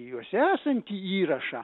juose esantį įrašą